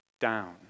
down